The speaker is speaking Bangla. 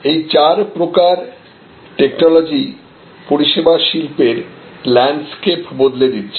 এই চার প্রকার টেকনোলজি পরিষেবা শিল্পের ল্যান্ডস্কেপ বদলে দিচ্ছে